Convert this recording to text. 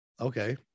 Okay